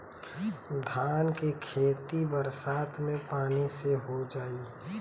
धान के खेती बरसात के पानी से हो जाई?